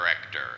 director